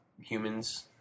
humans